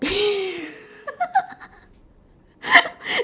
p~